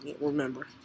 remember